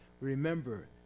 Remember